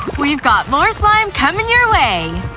we've got more slime comin' your way!